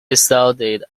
excelled